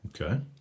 Okay